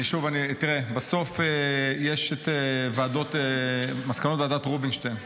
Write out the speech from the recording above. שוב, תראה, בסוף יש את מסקנות ועדת רובינשטיין,